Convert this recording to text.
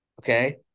Okay